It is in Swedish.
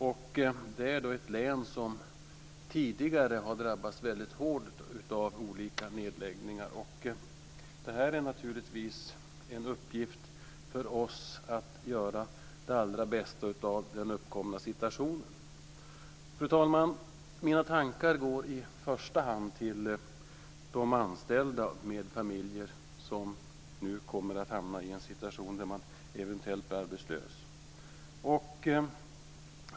Västernorrland är ett län som tidigare har drabbats hårt av olika nedläggningar. Det är naturligtvis en uppgift för oss att göra det allra bästa av den uppkomna situationen. Fru talman! Mina tankar går i första hand till de anställda med familjer som nu kommer att hamna i en situation där man eventuellt blir arbetslös.